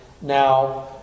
now